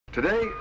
Today